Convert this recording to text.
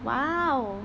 !wow!